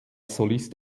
solist